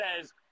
says